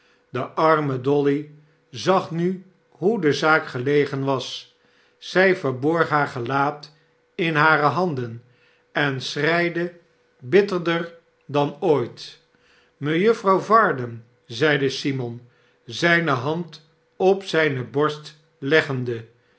de arme dolly zag nu hoe de zaak gelegen was zij verborg haa gelaat in hare handen en schreide bitterder dan ooit mejuffer varden zeide simon zijne hand op zijne borst leggende